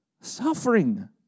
Suffering